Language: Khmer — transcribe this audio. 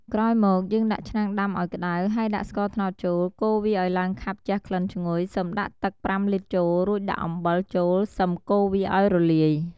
ក្រោយមកយេីងដាក់ឆ្នាំងដាំឱ្យក្តៅហេីយដាក់ស្ករត្នោតចូលកូរវាឱ្យឡើងខាប់ជះក្លិនឈ្ងុយសឹមដាក់ទឹកប្រាំលីត្រចូលរួចដាក់អំបិលចូលសឹមកូរវាឱ្យរលាយ។